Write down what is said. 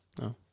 No